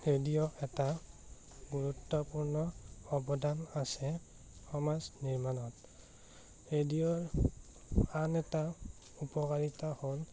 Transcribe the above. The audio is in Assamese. ৰেডিঅ' এটা গুৰুত্বপূৰ্ণ অৱদান আছে সমাজ নিৰ্মাণত ৰেডিঅ'ৰ আন এটা উপকাৰিতা হ'ল